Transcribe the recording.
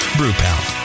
BrewPal